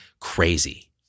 crazy